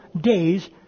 day's